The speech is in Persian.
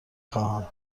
خواهم